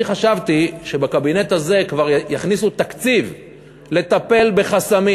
אני חשבתי שבקבינט הזה כבר יכניסו תקציב לטפל בחסמים.